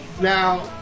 now